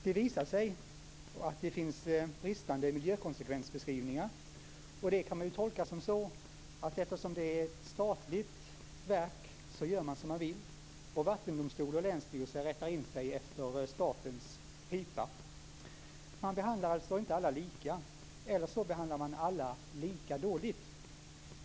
Det visar sig att det finns bristande miljökonsekvensbeskrivningar, och det kan man ju tolka som att eftersom det är ett statligt verk gör man som man vill, och vattendomstol och länsstyrelse rättar sig efter statens pipa. Man behandlar alltså inte alla lika, eller också så behandlar man alla lika dåligt.